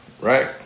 right